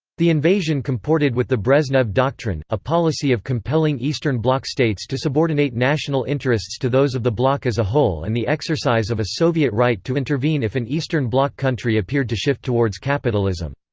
the invasion comported with the brezhnev doctrine, a policy of compelling eastern bloc states to subordinate national interests to those of the bloc as a whole and the exercise of a soviet right to intervene if an eastern bloc country appeared to shift towards capitalism.